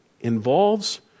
involves